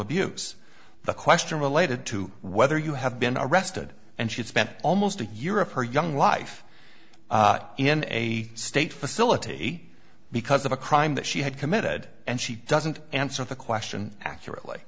abuse the question related to whether you have been arrested and she spent almost a year of her young life in a state facility because of a crime that she had committed and she doesn't answer the question accurately